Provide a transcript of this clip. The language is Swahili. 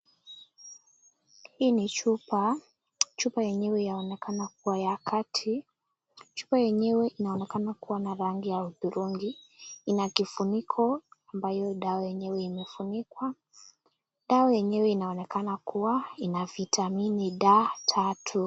Hii ni chupa. Chupa yenyewe yaonekana kuwa ya kati. Chupa yenyewe inaonekana kuwa na rangi ya hudhurugi. Ina kifuniko ambayo dawa yenyewe imefunikwa. Dawa yenyewe inaonekana kuwa ina vitamini D3.